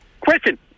Question